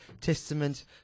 testament